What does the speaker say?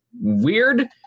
weird